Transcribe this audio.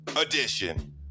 edition